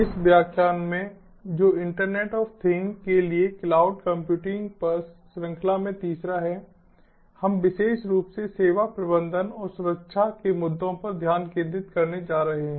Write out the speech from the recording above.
इस व्याख्यान में जो इंटरनेट ऑफ़ थिंग्स के लिए क्लाउड कंप्यूटिंग पर श्रृंखला में तीसरा है हम विशेष रूप से सेवा प्रबंधन और सुरक्षा के मुद्दों पर ध्यान केंद्रित करने जा रहे हैं